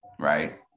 Right